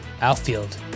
Outfield